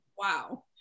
Wow